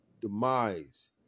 demise